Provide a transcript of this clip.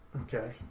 Okay